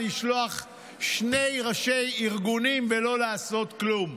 לשלוח שני ראשי ארגונים ולא לעשות כלום,